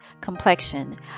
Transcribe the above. complexion